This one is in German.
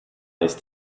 ist